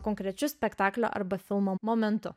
konkrečiu spektaklio arba filmo momentu